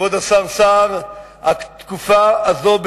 התקופה הזאת,